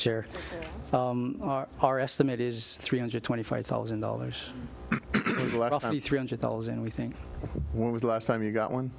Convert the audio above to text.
share our estimate is three hundred twenty five thousand dollars to three hundred dollars and we think what was the last time you got one